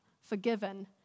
forgiven